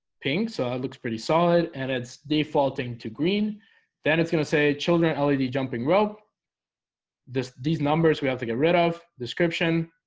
pink so it looks pretty solid and it's defaulting to green then. it's gonna say children led jumping rope this these numbers we have to get rid of description